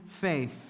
faith